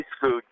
food